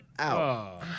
out